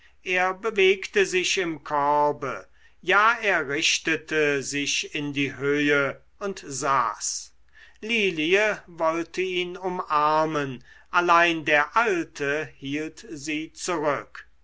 er bewegte sich im korbe ja er richtete sich in die höhe und saß lilie wollte ihn umarmen allein der alte hielt sie zurück